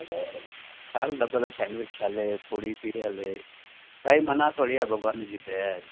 दालि double sandwich हले पुड़ी बि हले काई मना थोरी आहे भॻिवान जी दया आहे